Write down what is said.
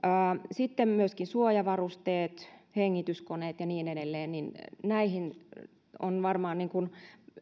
sitten myöskin suojavarusteet hengityskoneet ja niin edelleen näihin varmaan